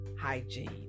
hygiene